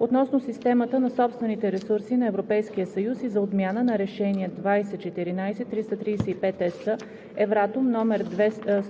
относно системата на собствените ресурси на Европейския съюз и за отмяна на Решение 2014/335/ЕС, Евратом, №